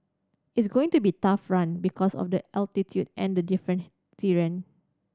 it's going to be a tough run because of the altitude and the different terrain